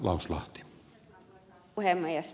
arvoisa puhemies